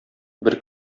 бер